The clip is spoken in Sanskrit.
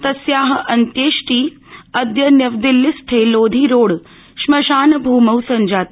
तस्या अन्त्योष्टि अद्य नवदिल्लीस्थे लोधी रोड श्मशान भूमौ सञ्जाता